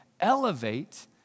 elevate